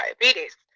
diabetes